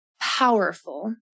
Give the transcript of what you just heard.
powerful